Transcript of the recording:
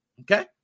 Okay